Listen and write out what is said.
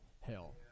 hell